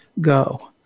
go